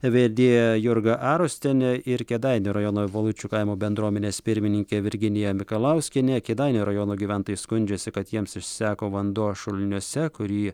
vedėja jurga arustienė ir kėdainių rajono valučių kaimo bendruomenės pirmininkė virginija mikalauskienė kėdainių rajono gyventojai skundžiasi kad jiems išseko vanduo šuliniuose kurį